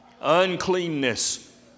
uncleanness